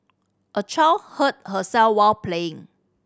a child hurt herself while playing